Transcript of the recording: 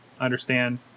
understand